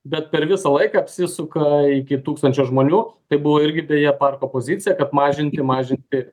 bet per visą laiką apsisuka iki tūkstančio žmonių tai buvo irgi beje parko pozicija kad mažinkim mažinti